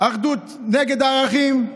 אחדות נגד ערכים,